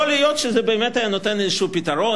יכול להיות שזה באמת היה נותן איזה פתרון,